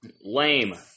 Lame